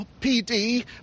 PD